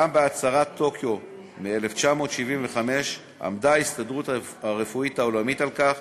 גם בהצהרת טוקיו מ-1975 עמדה ההסתדרות הרפואית העולמית על כך